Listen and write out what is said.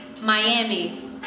Miami